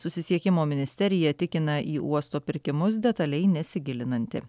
susisiekimo ministerija tikina į uosto pirkimus detaliai nesigilinanti